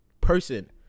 Person